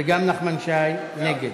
7, נמנעים, 1. נחמן שי, כרגיל.